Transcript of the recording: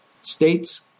states